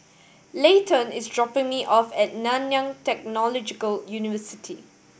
Layton is dropping me off at Nanyang Technological University